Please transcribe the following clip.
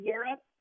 Europe